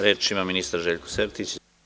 Reč ima ministar Željko Sertić.